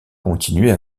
continuer